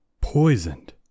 Poisoned